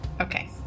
Okay